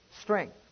strength